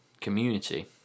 community